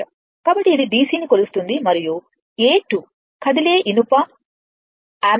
కాబట్టి ఇది DC ని కొలుస్తుంది మరియు A2 కదిలే ఇనుము ని కలిగిన అమ్మీటర్